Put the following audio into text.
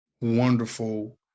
wonderful